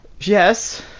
Yes